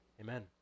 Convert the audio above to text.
Amen